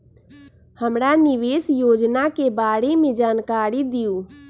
हमरा निवेस योजना के बारे में जानकारी दीउ?